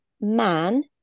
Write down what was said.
man